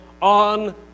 on